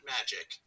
magic